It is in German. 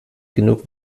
genug